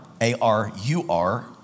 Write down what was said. a-r-u-r